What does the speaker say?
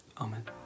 amen